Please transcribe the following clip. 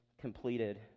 completed